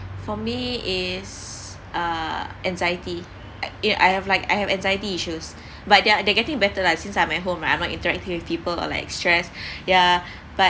for me it's uh anxiety you know I have like I have anxiety issues but they're they're getting better lah since I'm at home like I'm not interacting with people or like a stress yeah but